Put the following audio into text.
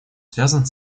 связан